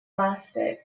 elastic